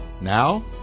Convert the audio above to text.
Now